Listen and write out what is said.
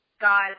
God